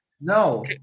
No